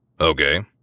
Okay